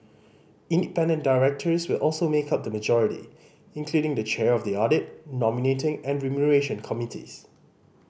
independent directors will also make up the majority including the chair of the audit nominating and remuneration committees